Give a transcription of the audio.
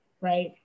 right